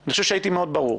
אני חושב שהייתי מאד ברור.